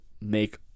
make